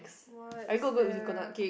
what's there